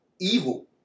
evil